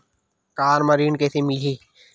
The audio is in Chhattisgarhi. कार म ऋण कइसे मिलही?